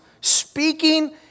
Speaking